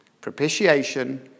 Propitiation